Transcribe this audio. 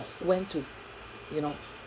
went to you know